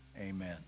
Amen